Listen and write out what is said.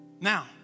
Now